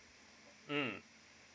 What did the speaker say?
mm